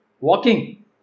Walking